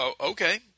okay